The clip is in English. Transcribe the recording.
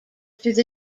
through